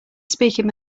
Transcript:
speaking